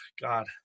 god